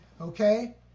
okay